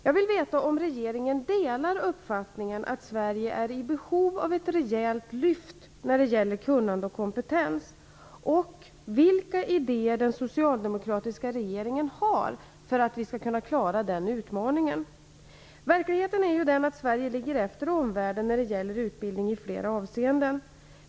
Jag vill veta om regeringen delar uppfattningen att Sverige är i behov av ett rejält lyft när det gäller kunnande och kompetens och vilka idéer den socialdemokratiska regeringen har för att klara en sådan utmaning. Verkligheten är ju den att Sverige ligger efter omvärlden i flera avseenden när det gäller utbildning.